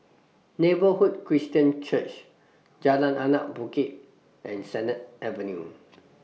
Neighbourhood Christian Church Jalan Anak Bukit and Sennett Avenue